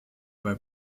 bei